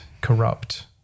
corrupt